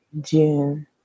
June